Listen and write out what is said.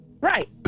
Right